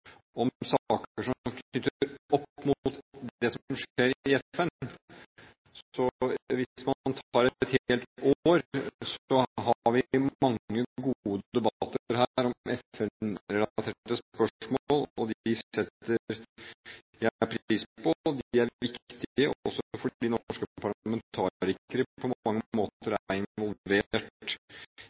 om saker som er knyttet opp mot det som skjer i FN. Hvis man tar et helt år, har vi mange gode debatter her om FN-relaterte spørsmål, og dem setter jeg pris på. De er viktige også fordi norske parlamentarikere på mange måter er involvert